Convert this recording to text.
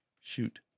Shoot